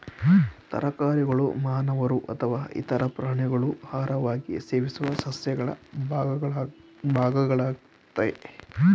ತರಕಾರಿಗಳು ಮಾನವರು ಅಥವಾ ಇತರ ಪ್ರಾಣಿಗಳು ಆಹಾರವಾಗಿ ಸೇವಿಸುವ ಸಸ್ಯಗಳ ಭಾಗಗಳಾಗಯ್ತೆ